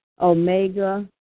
Omega